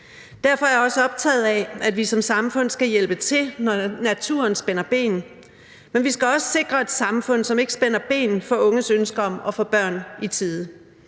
Derfor er jeg også optaget af, at vi som samfund skal hjælpe til, når naturen spænder ben, men vi skal også sikre et samfund, som ikke spænder ben for unges ønsker om at få børn i tide.